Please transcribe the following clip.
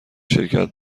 شرکت